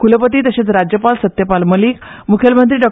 कूलपती तशेच राज्यपाल सत्यपाल मलिक मुखेलमंत्री डॉ